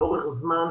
לאורך זמן,